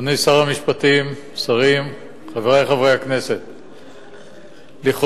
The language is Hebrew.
אדוני שר המשפטים, שרים, חברי חברי הכנסת, לכאורה,